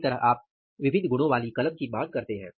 इसी तरह आप विभिन्न गुणो वाले कलम की मांग करते हैं